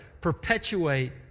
perpetuate